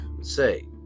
say